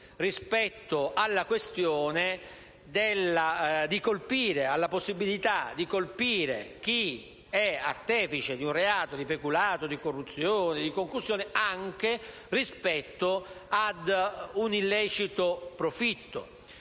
sulla questione concernente la possibilità di colpire l'artefice di un reato di peculato, di corruzione, di concussione anche rispetto ad un illecito profitto.